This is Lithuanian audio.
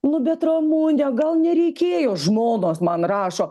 nu bet ramune gal nereikėjo žmonos man rašo